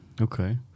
Okay